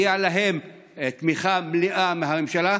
מגיעה להן תמיכה מלאה מהממשלה.